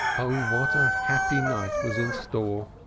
ah! what a happy night was in store.